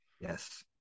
Yes